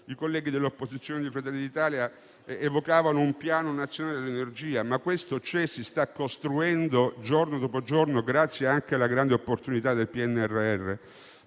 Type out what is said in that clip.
I colleghi dell'opposizione di Fratelli d'Italia hanno evocato un piano nazionale dell'energia, ma questo c'è e si sta costruendo giorno dopo giorno, grazie anche alla grande opportunità del PNRR.